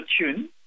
tune